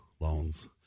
Loans